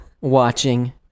watching